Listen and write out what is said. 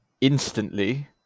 instantly